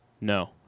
No